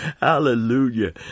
hallelujah